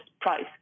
price